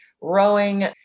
rowing